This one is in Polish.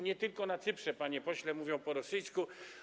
Nie tylko na Cyprze, panie pośle, mówią po rosyjsku.